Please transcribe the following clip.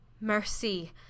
Mercy